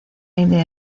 idea